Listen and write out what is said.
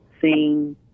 Seeing